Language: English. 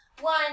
One